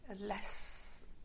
less